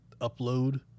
upload